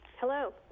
Hello